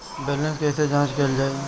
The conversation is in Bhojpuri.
बैलेंस कइसे जांच कइल जाइ?